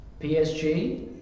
PSG